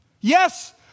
Yes